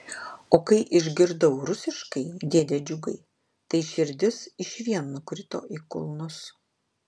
o kai išgirdau rusiškai dėde džiugai tai širdis išvien nukrito į kulnus